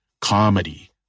comedy